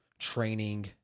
Training